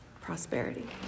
prosperity